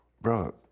bro